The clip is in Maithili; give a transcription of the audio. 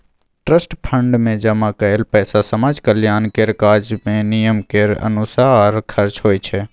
ट्रस्ट फंड मे जमा कएल पैसा समाज कल्याण केर काज मे नियम केर अनुसार खर्च होइ छै